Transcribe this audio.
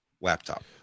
laptop